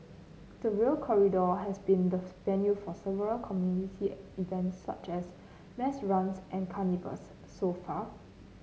the Rail Corridor has been the venue for several community events such as mass runs and carnivals so far